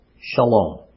shalom